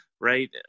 right